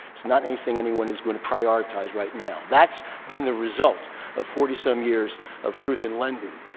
it's not anything anyone is going to prioritize right now. that's been the result of forty some years of truth in lending,